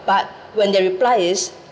but when they reply is